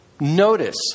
notice